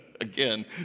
Again